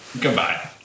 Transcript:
Goodbye